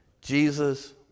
Jesus